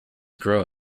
grow